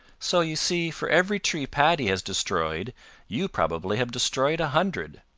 so you see for every tree paddy has destroyed you probably have destroyed a hundred.